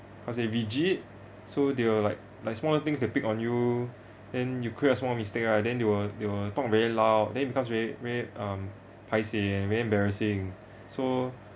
how to say rigid so they will like like small things they pick on you then you create small mistake ah then they will they will talk very loud then it becomes very very um paiseh very embarassing so